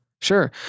Sure